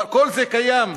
כל זה קיים?